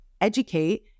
educate